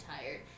tired